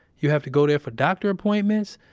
you have to go there for doctor appointments.